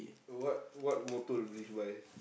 what what motto you live by